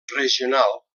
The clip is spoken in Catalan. regional